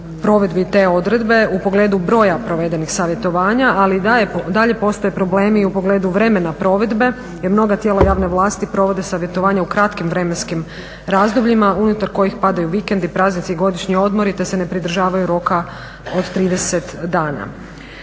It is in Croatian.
provedbi te odredbe u pogledu broja provedenih savjetovanja, ali i dalje postoje problemi u pogledu vremena provedbe jer mnoga tijela javne vlasti provode savjetovanje u kratkim vremenskim razdobljima unutar kojih padaju vikendi, praznici i godišnji odmori te se ne pridržavaju roka od 30 dana.